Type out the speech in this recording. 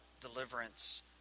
deliverance